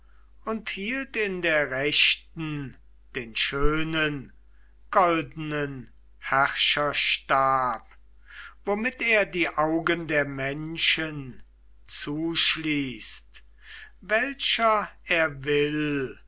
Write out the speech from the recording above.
und hielt in der rechten den schönen goldenen herrscherstab womit er die augen der menschen zuschließt welcher er will